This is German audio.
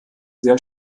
sehr